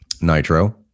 Nitro